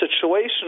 situation